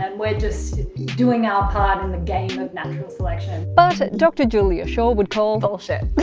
and we're just doing our pod in the game of natural selection. but dr. julia shaw would call bullshit!